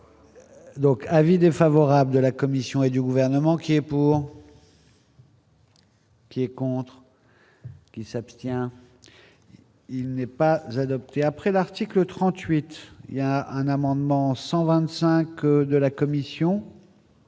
Donc l'avis défavorable de la Commission et du gouvernement qui est pour. Qui est contre qui s'abstient. Il n'est pas adoptée après l'article 38, il y a un amendement 125 de la commission.